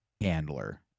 handler